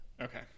okay